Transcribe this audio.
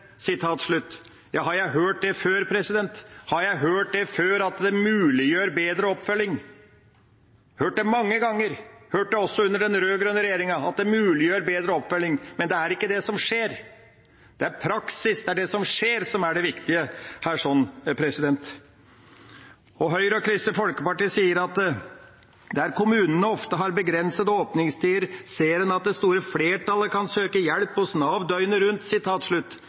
Har jeg hørt det før? Har jeg hørt før at det muliggjør bedre oppfølging? Jeg har hørt det mange ganger. Jeg hørte også under den rød-grønne regjeringa at det muliggjør bedre oppfølging. Men det er ikke det som skjer. Det er praksis, det er det som skjer, som er det viktige her. Høyre og Kristelig Folkeparti sier: «Der kommunene ofte har begrensede åpningstider, ser en at det store flertallet kan søke hjelp hos Nav døgnet rundt.»